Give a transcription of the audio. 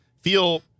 feel